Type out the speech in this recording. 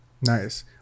Nice